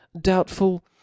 doubtful